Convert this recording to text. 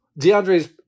DeAndre's